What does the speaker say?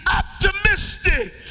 optimistic